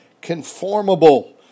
conformable